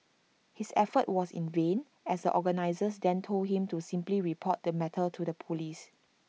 his effort was in vain as organisers then told him to simply report the matter to the Police